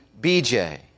BJ